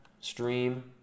stream